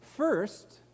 First